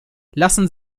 lassen